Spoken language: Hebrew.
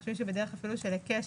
אני חושבת שבדרך של היקש.